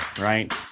right